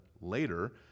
later